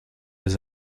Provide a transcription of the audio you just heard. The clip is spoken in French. les